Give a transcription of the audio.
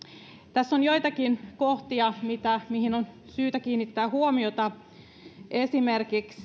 tässä on joitakin kohtia joihin on syytä kiinnittää huomiota esimerkiksi